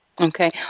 Okay